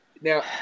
now